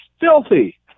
filthy